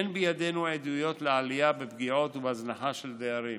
אין בידינו עדויות לעלייה בפגיעות ובהזנחה של דיירים.